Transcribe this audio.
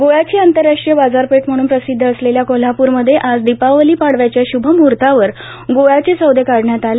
गुळाची आंतरराष्ट्रीय बाजारपेठ म्हणून प्रसिदध असलेल्या कोल्हापूरमध्ये आज दीपावली पाडव्याच्या शुभमुहर्तावर गुळाचे सौदे काढण्यात आले